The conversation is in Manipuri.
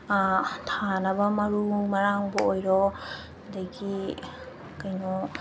ꯊꯥꯅꯕ ꯃꯔꯨ ꯃꯔꯥꯡꯕꯨ ꯑꯣꯏꯔꯣ ꯑꯗꯒꯤ ꯀꯩꯅꯣ